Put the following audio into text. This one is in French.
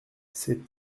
ces